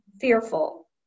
fearful